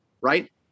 right